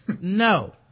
No